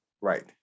right